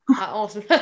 Awesome